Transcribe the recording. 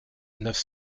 neuf